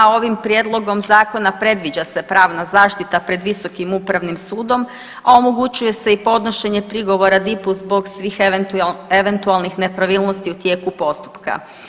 Ovim prijedlogom zakona predviđa se pravna zaštita pred visokim upravnim sudom, a omogućuje se i podnošenje prigovora DIP-u zbog svih eventualnih nepravilnosti u tijeku postupka.